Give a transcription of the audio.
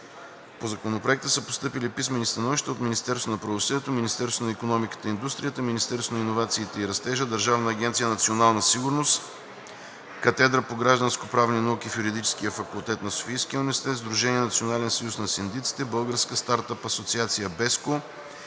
По Законопроекта са постъпили писмени становища от Министерството на правосъдието, Министерството на икономиката и индустрията, Министерството на иновациите и растежа, Държавна агенция „Национална сигурност“, Катедрата по гражданскоправни науки в Юридическия факултет на Софийския университет „Св. Климент Охридски“, Сдружение „Национален съюз на синдиците“, Българска стартъп асоциация BESCO,